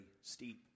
steep